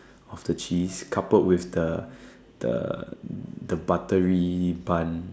of the cheese coupled with the the buttery bun